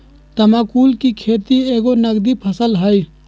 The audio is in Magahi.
तमाकुल कें खेति एगो नगदी फसल हइ